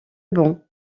bon